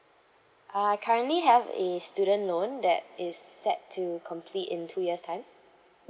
uh currently have a student loan that is set to complete in two years time